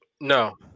No